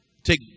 take